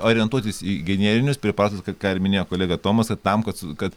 orientuotis į generinius preparatus ką ką ir minėjo kolega tomas kad tam kads kad